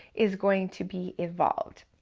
is going to be evolved.